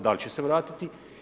Da li će se vratiti?